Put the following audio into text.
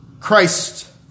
Christ